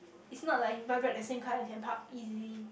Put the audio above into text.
it's not like you buy back the same car you can park easy